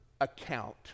account